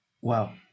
Wow